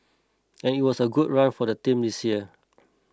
and it was a good run for the team this year